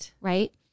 right